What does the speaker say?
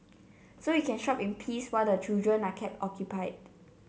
so you can shop in peace while the children are kept occupied